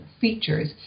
features